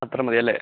അത്ര മതിയല്ലേ